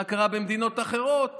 מה קרה במדינות אחרות.